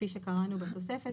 כפי שקראנו בתוספת,